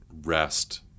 rest